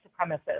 supremacists